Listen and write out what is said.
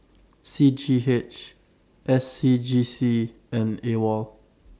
C G H S C G C and AWOL